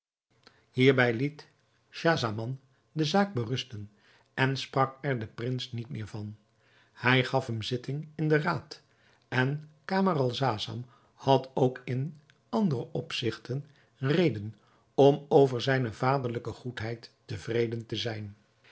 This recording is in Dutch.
hierbij liet schahzaman de zaak berusten en sprak er den prins niet meer van hij gaf hem zitting in den raad en camaralzaman had ook in andere opzigten reden om over zijne vaderlijke goedheid tevreden te zijn